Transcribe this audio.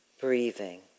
breathing